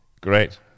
Great